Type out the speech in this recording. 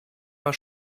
war